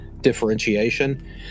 differentiation